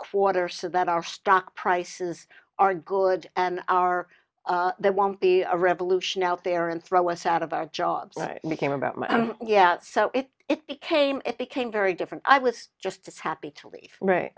quarter so that our stock prices are good and our there won't be a revolution out there and throw us out of our jobs became about yet so it became it became very different i was just as happy to leave